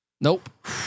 Nope